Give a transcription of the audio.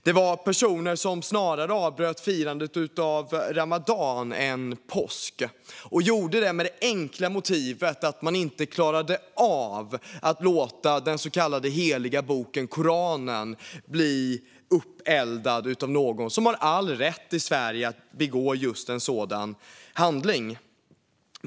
Det var personer som avbröt firandet av ramadan snarare än av påsk och gjorde det med det enkla motivet att de inte klarade av att låta den så kallade heliga boken Koranen bli uppeldad av någon, när vi i Sverige har all rätt att begå just en sådan handling.